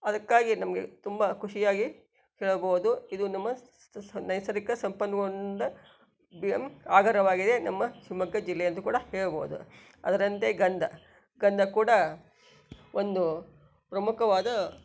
ಅದಕ್ಕಾಗಿ ನಮಗೆ ತುಂಬ ಖುಷಿಯಾಗಿ ಹೇಳಬಹುದು ಇದು ನಮ್ಮ ನೈಸರ್ಗಿಕ ಸಂಪನ್ಮೂಲದಿಂದ ಆಧಾರವಾಗಿದೆ ನಮ್ಮ ಶಿಮೊಗ್ಗ ಜಿಲ್ಲೆ ಎಂದು ಕೂಡ ಹೇಳಬಹುದು ಅದರಂತೆ ಗಂಧ ಗಂಧ ಕೂಡ ಒಂದು ಪ್ರಮುಖವಾದ